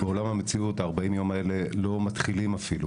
בעולם המציאות ה-40 יום האלה לא מתחילים אפילו.